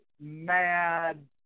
mad